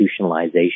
institutionalization